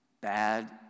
bad